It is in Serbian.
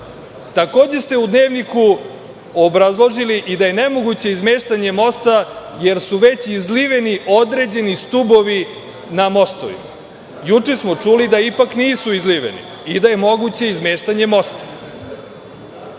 ostane živ.U Dnevniku ste obrazložili i da je nemoguće izmeštanje mosta jer su već izliveni određeni stubovi na mostovima. Juče smo čuli da ipak nisu izliveni i da je moguće izmeštanje mosta.